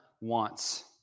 wants